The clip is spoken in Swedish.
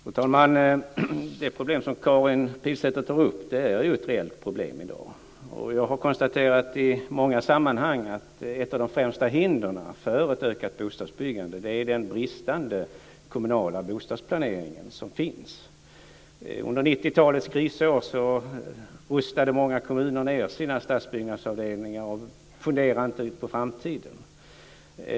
Fru talman! Det problem som Karin Pilsäter tar upp är ett reellt problem i dag. I många sammanhang har jag konstaterat att ett av de främsta hindren för ett ökat bostadsbyggande är den bristande kommunala bostadsplaneringen. Under 90-talets krisår rustade många kommuner ned sina stadsbyggnadsavdelningar och funderade inte på framtiden.